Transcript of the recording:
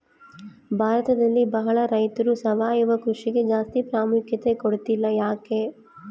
ಭಾರತದಲ್ಲಿ ಬಹಳ ರೈತರು ಸಾವಯವ ಕೃಷಿಗೆ ಜಾಸ್ತಿ ಪ್ರಾಮುಖ್ಯತೆ ಕೊಡ್ತಿಲ್ಲ ಯಾಕೆ?